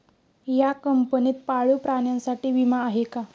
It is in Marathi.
या कंपनीत पाळीव प्राण्यांसाठी विमा आहे का?